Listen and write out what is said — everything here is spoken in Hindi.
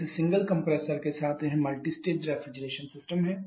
जैसे सिंगल कंप्रेसर के साथ यह मल्टी स्टेज रेफ्रिजरेशन सिस्टम है